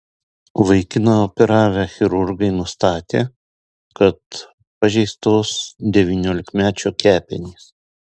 vaikiną operavę chirurgai nustatė kad pažeistos devyniolikmečio kepenys